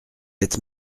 êtes